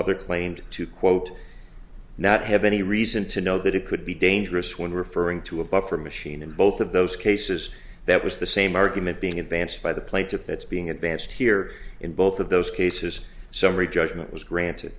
mother claimed to quote not have any reason to know that it could be dangerous when referring to a buffer machine in both of those cases that was the same argument being advanced by the plaintiff that's being advanced here in both of those cases summary judgment was granted